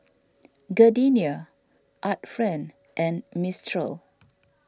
Gardenia Art Friend and Mistral